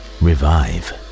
revive